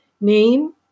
name